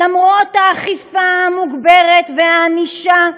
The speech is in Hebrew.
שלמרות האכיפה המוגברת והענישה,